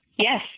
Yes